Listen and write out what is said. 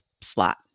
slot